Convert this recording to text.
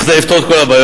כדי לפתור את כל הבעיות,